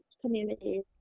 communities